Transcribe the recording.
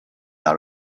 out